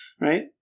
right